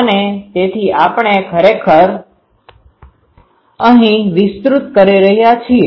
અને તેથી આપણે ખરેખર અહી વિસ્તૃત કરી રહ્યા છીએ